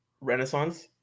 Renaissance